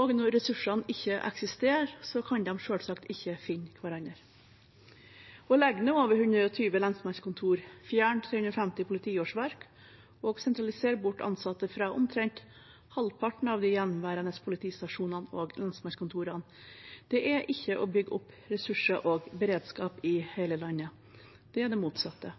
og når ressursene ikke eksisterer, kan de selvsagt ikke finne hverandre. De legger ned over 120 lensmannskontor, fjerner 350 politiårsverk og sentraliserer bort ansatte fra omtrent halvparten av de gjenværende politistasjonene og lensmannskontorene. Det er ikke å bygge opp ressurser og beredskap i hele landet. Det er det motsatte.